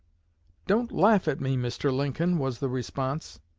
don't laugh at me, mr. lincoln, was the response.